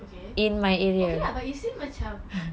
okay okay lah but you still macam